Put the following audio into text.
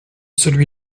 celui